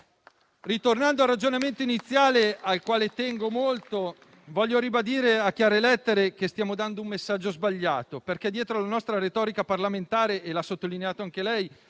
Ritornando al ragionamento iniziale, al quale tengo molto, voglio ribadire a chiare lettere che stiamo dando un messaggio sbagliato. Infatti, dietro la nostra retorica parlamentare - l'ha sottolineato anche lei